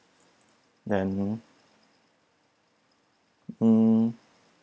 then hmm